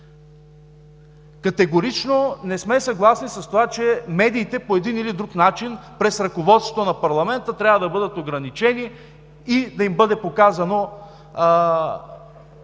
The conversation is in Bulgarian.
Категорично не сме съгласни с това, че медиите по един или друг начин през ръководството на парламента трябва да бъдат ограничени и да им бъде показано